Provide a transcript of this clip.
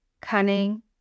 cunning